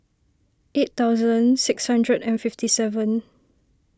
eight thousand six hundred and fifty seven